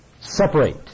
separate